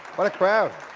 what a crowd!